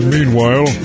Meanwhile